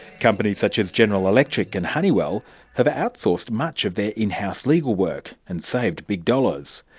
companies such as general electric and honeywell have outsourced much of their in-house legal work, and saved big dollars.